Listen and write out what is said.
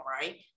right